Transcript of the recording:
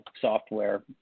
software